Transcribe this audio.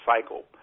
cycle